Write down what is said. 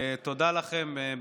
בשם כולנו תודה לכם.